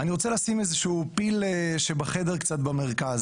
אני רוצה לשים איזשהו פיל שבחדר קצת במרכז.